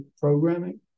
programming